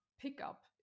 pickup